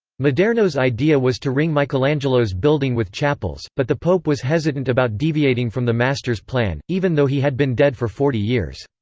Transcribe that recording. maderno's idea was to ring michelangelo's building with chapels, but the pope was hesitant about deviating from the master's plan, even though he had been dead for forty years.